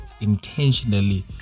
intentionally